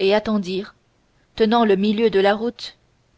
et attendirent tenant le milieu de la route